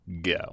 go